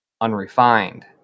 unrefined